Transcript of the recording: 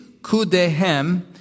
kudehem